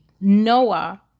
Noah